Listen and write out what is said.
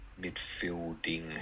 midfielding